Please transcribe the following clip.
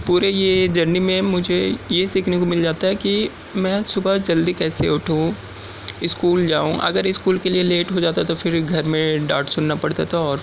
پورے یہ جرنی میں مجھے یہ سیکھنے کو مل جاتا ہے کہ میں صبح جلدی کیسے اٹھوں اسکول جاؤں اگر اسکول کے لئے لیٹ ہو جاتا تھا پھر گھر میں ڈانٹ سننا پڑتا تھا اور